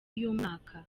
y’umwaka